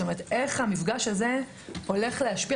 זאת אומרת, איך המפגש הזה הולך להשפיע.